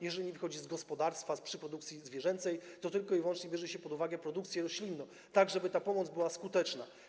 Jeżeli nie wychodzi to z gospodarstwa przy produkcji zwierzęcej, to tylko i wyłącznie bierze się pod uwagę produkcję roślinną, żeby ta pomoc była skuteczna.